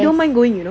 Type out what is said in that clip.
yes